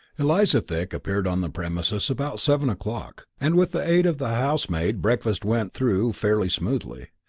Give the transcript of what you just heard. eliza thick appeared on the premises about seven o'clock, and with the aid of the housemaid breakfast went through fairly smoothly.